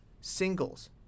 singles